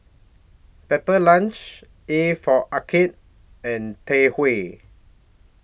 Pepper Lunch A For Arcade and Tai Hua